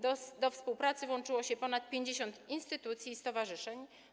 Do współpracy włączyło się ponad 50 instytucji i stowarzyszeń.